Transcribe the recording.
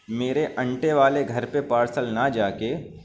میرے انٹے والے گھر پہ پارسل نہ جاکے